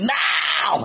now